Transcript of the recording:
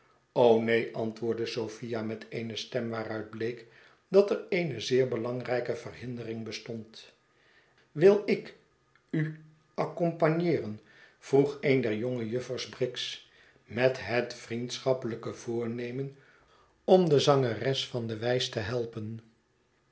neen antwoordde sophia met eene stem waaruit bleek dat er eene zeer belangrijke verhindering bestond wil ik u accompagneeren vroeg een der jonge juffers briggs met het vriendschappelijke voornemen om de zangeres van de wijs te helpen